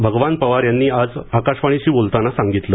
भगवान पवार यांनी आज आकाशवाणीशी बोलताना सांगितलं